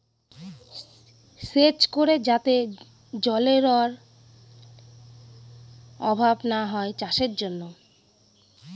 সেচ করে যাতে জলেরর অভাব না হয় চাষের জন্য